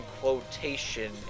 quotation